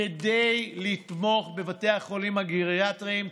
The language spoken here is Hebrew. כדי לתמוך בבתי החולים הגריאטריים.